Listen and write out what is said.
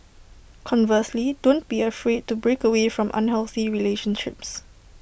conversely don't be afraid to break away from unhealthy relationships